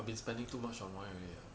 I've been spending too much on wine already ah